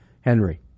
Henry